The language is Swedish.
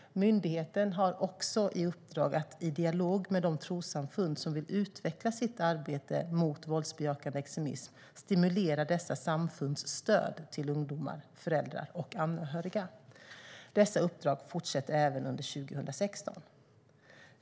Myndigheten har också i uppdrag att i dialog med de trossamfund som vill utveckla sitt arbete mot våldsbejakande extremism stimulera dessa samfunds stöd till ungdomar, föräldrar och anhöriga. Dessa uppdrag fortsätter även under 2016.